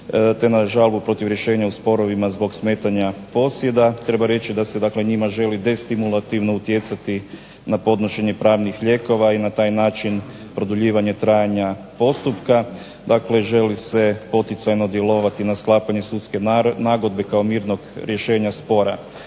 te na žalbu protiv rješenja o sporovima zbog smetanja posjeda, treba reći da se dakle njima želi destimulativno utjecati na podnošenje pravnih lijekova, i na taj način produljivanje trajanja postupka, dakle želi se poticajno djelovati na sklapanje sudske nagodbe kao mirnog rješenja spora.